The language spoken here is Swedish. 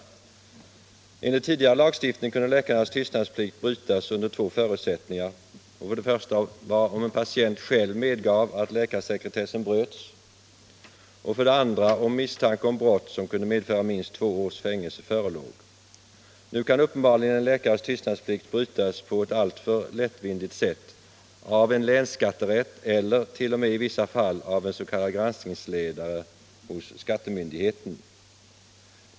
Enligt tidigare lag 13 maj 1976 stiftning kunde läkarnas tystnadsplikt brytas under två förutsättningar: = för det första om en patient själv medgav att läkarsekretessen bröts, Om integritetsskydoch för det andra om misstanke om brott som kunde medföra minst — det i sjukvården två års fängelse förelåg. Nu kan uppenbarligen en läkares tystnadsplikt brytas på ett alltför lättvindigt sätt av en länsskatterätt eller t.o.m. i vissa fall av en s.k. granskningsledare hos skattemyndigheten.